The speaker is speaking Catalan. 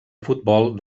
futbol